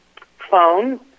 phone